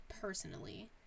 personally